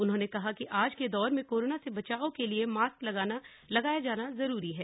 उन्होंने कहा कि आज के दौर में कोरोना से बचाव के लिए मास्क लगाया जाना जरूरी है